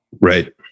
Right